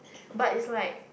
but it's like